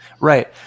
Right